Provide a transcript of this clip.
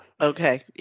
Okay